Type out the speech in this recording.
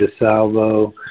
DeSalvo